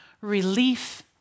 relief